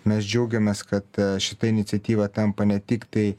mes džiaugiamės kad šita iniciatyva tampa ne tiktai